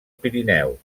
pirineu